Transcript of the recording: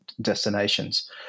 destinations